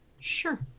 Sure